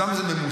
אצלם זה ממוסד,